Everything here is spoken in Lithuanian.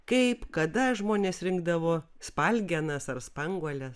kaip kada žmonės rinkdavo spalgenas ar spanguoles